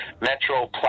Metro